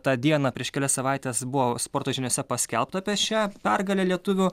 tą dieną prieš kelias savaites buvo sporto žiniose paskelbta apie šią pergalę lietuvių